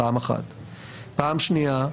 פעם שנייה,